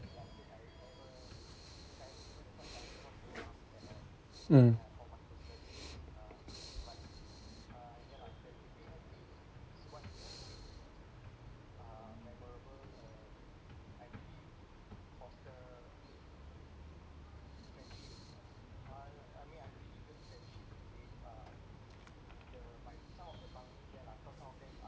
mm